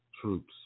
troops